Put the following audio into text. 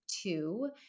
two